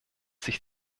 sich